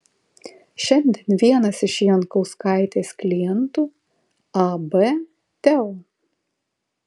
šiandien vienas iš jankauskaitės klientų ab teo